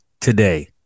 today